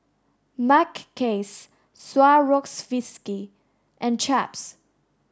Mackays Swarovski and Chaps